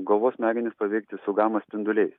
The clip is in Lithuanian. galvos smegenis paveikti su gama spinduliais